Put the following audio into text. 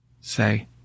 Say